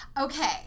Okay